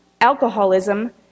alcoholism